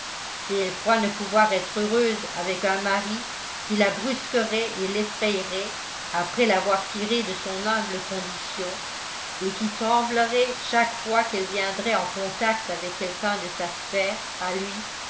si elle croit ne pouvoir être heureuse avec un mari qui la brusquerait et l'effraierait après l'avoir tirée de son humble condition et qui tremblerait chaque fois qu'elle viendrait en contact avec quelqu'un de sa sphère à lui